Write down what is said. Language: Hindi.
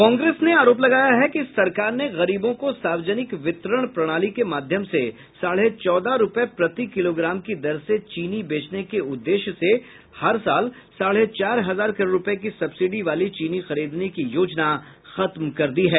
कांग्रेस ने आरोप लगाया है कि सरकार ने गरीबों को सार्वजनिक वितरण प्रणाली के माध्यम से साढ़े चौदह रुपये प्रति किलोग्राम की दर से चीनी बेचने के उद्देश्य से हर साल साढ़े चार हजार करोड़ रुपये की सब्सिडी वाली चीनी खरीदने की योजना खत्म कर दी हैं